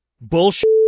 bullshit